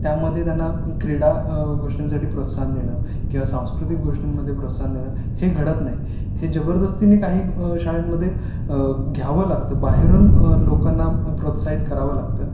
त्यामध्ये त्यांना क्रीडा गोष्टींसाठी प्रोत्साहन देणं किंवा सांस्कृतिक गोष्टींमध्ये प्रोत्साहन देणं हे घडत नाही हे जबरदस्तीने काही शाळेंमध्ये घ्यावं लागतं बाहेरून लोकांना प्रोत्साहित करावं लागतं